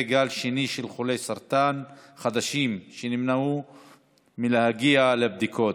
גל שני של חולי סרטן חדשים שנמנעו מלהגיע לבדיקות,